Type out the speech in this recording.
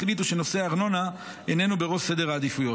החליטו שנושא ארנונה אינו בראש סדר העדיפויות.